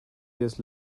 years